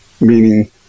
meaning